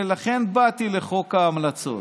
ולכן באתי לחוק ההמלצות.